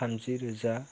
थामजि रोजा